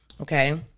Okay